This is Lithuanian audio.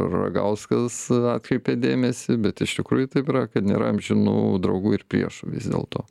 ragauskas atkreipė dėmesį bet iš tikrųjų taip yra kad nėra amžinų draugų ir priešų vis dėlto